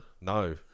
No